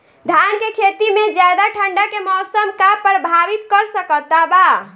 धान के खेती में ज्यादा ठंडा के मौसम का प्रभावित कर सकता बा?